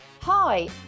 Hi